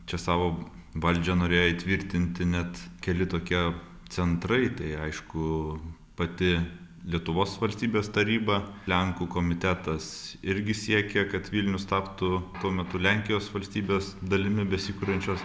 čia savo valdžią norėjo įtvirtinti net keli tokie centrai tai aišku pati lietuvos valstybės taryba lenkų komitetas irgi siekė kad vilnius taptų tuo metu lenkijos valstybės dalimi besikuriančios